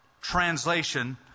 translation